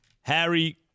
harry